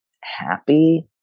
happy